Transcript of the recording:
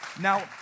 Now